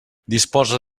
disposa